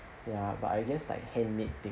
ya but I guess like hand made thing